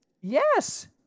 Yes